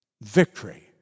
Victory